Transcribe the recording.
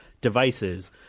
devices